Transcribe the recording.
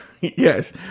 yes